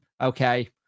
Okay